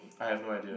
I have no idea